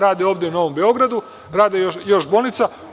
Rade ovde u Novom Beogradu, rade još bolnica.